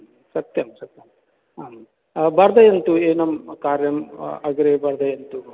सत्यं सत्यम् आं वर्धयन्तु एतत् कार्यम् अग्रे वर्धयन्तु भवान्